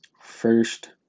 first